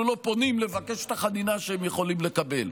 לא פונים לבקש את החנינה שהם יכולים לקבל.